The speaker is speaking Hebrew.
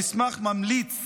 המסמך ממליץ